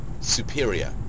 superior